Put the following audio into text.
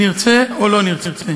נרצה או לא נרצה.